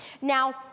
Now